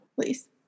Please